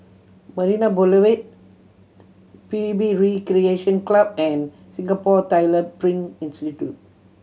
Marina Boulevard P U B Recreation Club and Singapore Tyler Print Institute